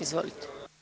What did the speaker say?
Izvolite.